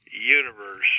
universe